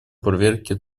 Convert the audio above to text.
проверке